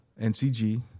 NCG